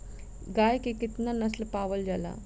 गाय के केतना नस्ल पावल जाला?